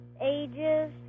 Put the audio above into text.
ages